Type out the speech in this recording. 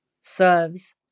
serves